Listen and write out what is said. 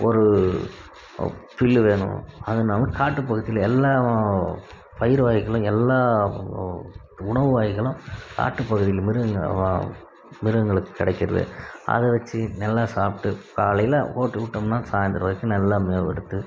ஒரு புல் வேணும் அதை நாம காட்டுப்பகுதியில் எல்லாம் பயிர்வகைகளும் எல்லாம் உணவு வகைகளும் காட்டுப்பகுதியில் மிருகங்க மிருகங்களுக்கு கிடைக்கிறது அதைவச்சு நல்லா சாப்பிட்டு காலையில் போட்டுவுட்டோம்ன்னால் சாயந்திரம் வரைக்கும் நல்லாவுமே வருது